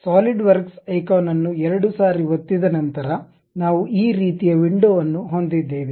SolidWorks icon ಅನ್ನು ಎರಡು ಸಾರಿ ಒತ್ತಿದ ನಂತರ ನಾವು ಈ ರೀತಿಯ ವಿಂಡೋವನ್ನು ಹೊಂದಿದ್ದೇವೆ